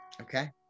Okay